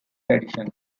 tradition